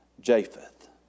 Japheth